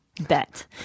bet